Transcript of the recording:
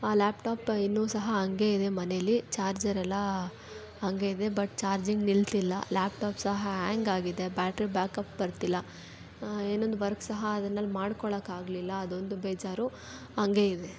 ಆ laptop ಇನ್ನೂ ಸಹ ಹಾಗೆ ಇದೆ ಮನೇಲಿ ಚಾರ್ಜರ್ ಎಲ್ಲ ಹಾಗೆ ಇದೆ ಬಟ್ ಚಾರ್ಜಿಂಗ್ ನಿಲ್ತಿಲ್ಲ ಲ್ಯಾಪ್ ಟಾಪ್ ಸಹ ಹ್ಯಾಂಗ್ ಆಗಿದೆ ಬ್ಯಾಟ್ರಿ ಬ್ಯಾಕ್ ಅಪ್ ಬರ್ತಿಲ್ಲ ಏನೊಂದು ವರ್ಕ್ ಸಹ ಅದನಲ್ಲಿ ಮಾಡ್ಕೊಳ್ಳೋಕೆ ಆಗಲಿಲ್ಲ ಅದೊಂದು ಬೇಜಾರು ಹಂಗೆ ಇದೆ